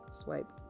Swipe